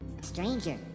Stranger